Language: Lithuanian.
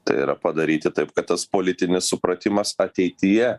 tai yra padaryti taip kad tas politinis supratimas ateityje